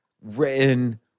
written